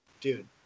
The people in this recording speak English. Dude